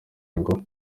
ngo